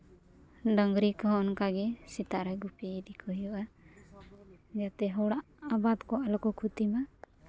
ᱰᱟᱝᱨᱤ ᱠᱚᱦᱚᱸ ᱚᱱᱠᱟ ᱜᱮ ᱥᱮᱛᱟᱜ ᱨᱮ ᱜᱩᱯᱤ ᱤᱫᱤ ᱠᱚ ᱦᱩᱭᱩᱜᱼᱟ ᱡᱟᱛᱮ ᱦᱚᱲᱟᱜ ᱟᱵᱟᱫ ᱠᱚ ᱟᱞᱚ ᱠᱚ ᱠᱷᱩᱛᱤ ᱢᱟ